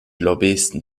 lobbyisten